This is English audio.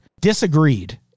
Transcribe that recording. disagreed